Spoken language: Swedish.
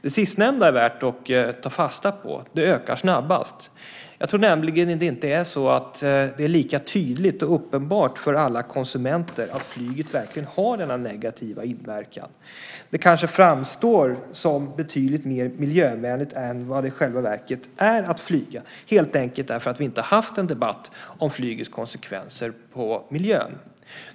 Det sistnämnda är dock värt att ta fasta på, att ökningen där är snabbast. Jag tror nämligen att det är lika tydligt och uppenbart för alla konsumenter att flyget verkligen har denna negativa inverkan. Det kanske framstår som betydligt mer miljövänligt är vad det i själva verket är att flyga helt enkelt därför att vi inte har haft en debatt om flygets konsekvenser på miljön.